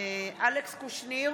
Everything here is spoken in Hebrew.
אלכס קושניר,